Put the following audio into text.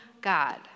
God